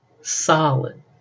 solid